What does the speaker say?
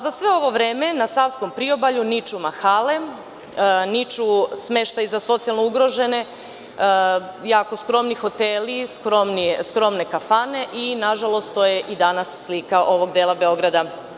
Za svo ovo vreme na savskom priobalju niču mahale, niču smeštaji za socijalno ugrožene, jako skromni hoteli, skromne kafane i nažalost to je i danas slika ovog dela Beograda.